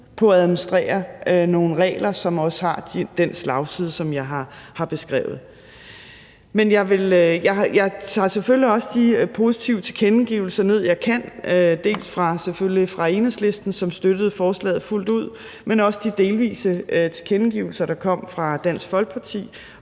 på at administrere nogle regler, som også har den slagside, som jeg har beskrevet? Men jeg tager selvfølgelig også de positive tilkendegivelser ned, som jeg kan, selvfølgelig både fra Enhedslistens side, som støttede forslaget fuldt ud, men også de delvise tilkendegivelser, der kom fra Dansk Folkeparti